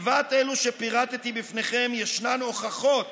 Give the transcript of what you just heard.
לבד מאלו שפירטתי לפניכם יש הוכחות